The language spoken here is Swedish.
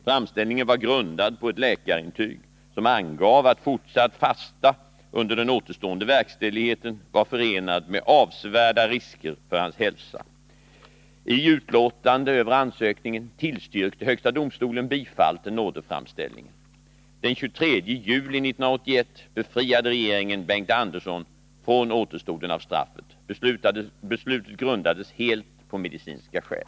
Framställningen var grundad på ett läkarintyg som angav att fortsatt fasta under den återstående verkställigheten var förenad med avsevärda risker för hans hälsa. I utlåtande över ansökningen tillstyrkte högsta domstolen bifall till nådeframställningen. Den 23 juli 1981 befriade regeringen Bengt Andersson från återstoden av straffet. Beslutet grundades helt på medicinska skäl.